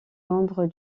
membre